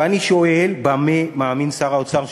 ואני שואל: במה מאמין שר האוצר שלו?